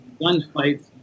gunfights